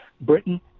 Britain